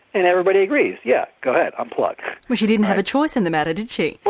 and everybody agrees yeah, go ahead, unplug. well she didn't have a choice in the matter did she? well,